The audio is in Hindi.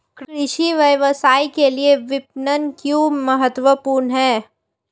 कृषि व्यवसाय के लिए विपणन क्यों महत्वपूर्ण है?